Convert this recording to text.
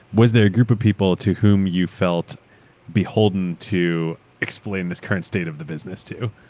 was there a group of people to whom you felt beholden to explain this current state of the business to?